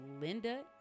Linda